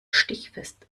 stichfest